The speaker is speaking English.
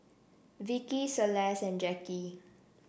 Vicki Celeste and Jackie